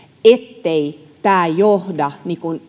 ettei tämä johda